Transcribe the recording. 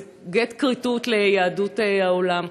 זה גט כריתות ליהדות העולם.